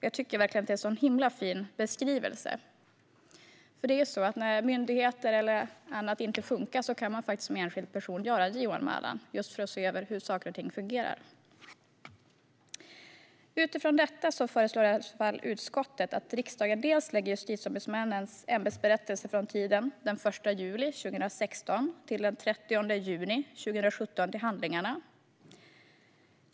Jag tycker verkligen att det är en himla fin beskrivning. När myndigheter eller annat inte funkar kan man faktiskt som enskild person göra en JO-anmälan, just för att man ska se över hur saker och ting fungerar. Utifrån detta föreslår utskottet att riksdagen ska lägga Justitieombudsmännens ämbetsberättelse för tiden den 1 juli 2016 till den 30 juni 2017 till handlingarna.